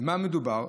במה מדובר?